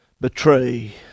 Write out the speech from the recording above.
betray